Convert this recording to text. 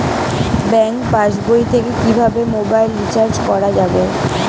Bank পাশবই থেকে কিভাবে মোবাইল রিচার্জ করা যাবে?